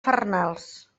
farnals